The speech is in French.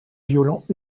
violents